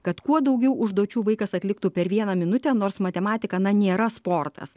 kad kuo daugiau užduočių vaikas atliktų per vieną minutę nors matematika na nėra sportas